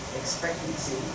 expectancy